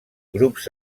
grups